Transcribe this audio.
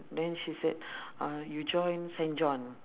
then she said uh you join saint john